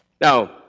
Now